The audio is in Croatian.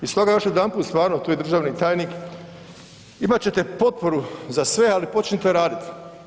I stoga još jedanput stvarno, tu je državni tajnik, imat ćete potporu za sve ali počnite raditi.